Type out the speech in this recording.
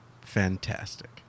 fantastic